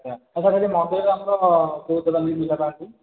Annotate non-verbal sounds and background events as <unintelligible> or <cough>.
ଆଚ୍ଛା ସେଇଟା <unintelligible> ଅଛି